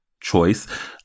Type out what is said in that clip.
choice